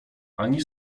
ani